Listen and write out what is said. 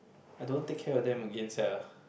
I don't take care of them again sia